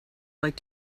like